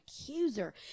accuser